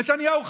נתניהו חזק.